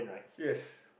yes